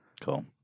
Cool